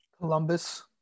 Columbus